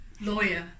lawyer